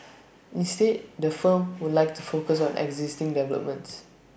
instead the firm would like to focus on existing developments